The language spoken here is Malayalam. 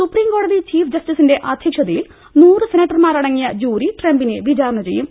സുപ്രീംകോടതി ചീഫ് ജസ്റ്റിസിന്റെ അധ്യക്ഷതയിൽ നൂറ് സെന റ്റർമാരടങ്ങിയ ജൂറി ട്രംപിനെ വിചാരണ ചെയ്യും